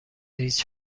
هیچ